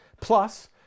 plus